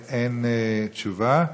אין תשובה.